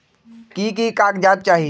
की की कागज़ात चाही?